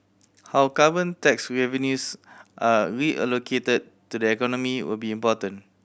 how carbon tax revenues are reallocated to the economy will be important